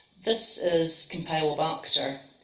this is campylobacter,